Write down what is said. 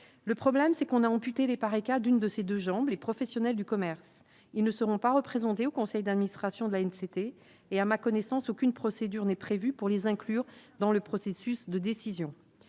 le problème c'est qu'on a amputé les barricades, une de ses 2 jambes, les professionnels du commerce, ils ne seront pas représentés au conseil d'administration de l'ANC était et à ma connaissance, aucune procédure n'est prévu pour les inclure dans le processus de décision,